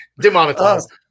demonetized